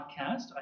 Podcast